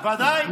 ודאי.